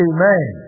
Amen